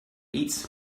eats